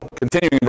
continuing